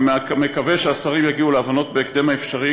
אני מקווה שהשרים יגיעו להבנות בהקדם האפשרי,